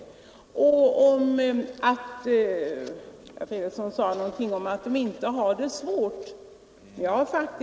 Herr Fredriksson sade någonting om att dessa änkor inte har det svårt.